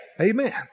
Amen